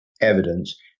evidence